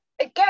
again